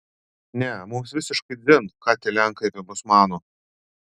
ne mums visiškai dzin ką tie lenkai apie mus mano